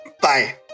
Bye